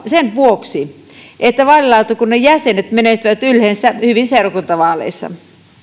sen vuoksi että vaalilautakunnan jäsenet menestyvät yleensä hyvin seurakuntavaaleissa